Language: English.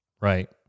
right